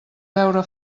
veure